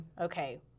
okay